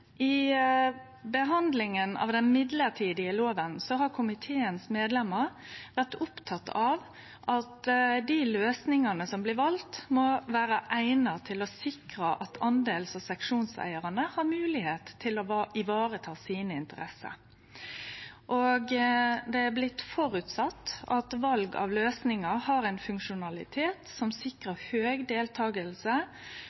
I behandlinga av den mellombelse loven har komiteens medlemar vore opptekne av at dei løysingane som blir valde, må vere eigna til å sikre at del- og seksjonseigarane har moglegheit til å vareta sine interesser. Det er blitt føresett at val av løysingar har ein funksjonalitet som